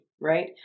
right